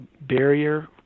barrier